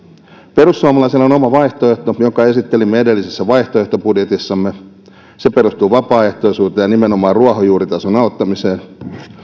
perussuomalaisilla on oma vaihtoehto jonka esittelimme edellisessä vaihtoehtobudjetissamme se perustuu vapaaehtoisuuteen ja nimenomaan ruohonjuuritason auttamiseen